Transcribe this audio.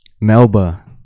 Melba